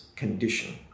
condition